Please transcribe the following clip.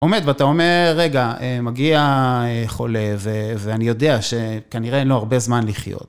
עומד ואתה אומר, רגע, מגיע חולה, ואני יודע שכנראה אין לו הרבה זמן לחיות.